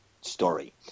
story